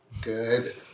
Good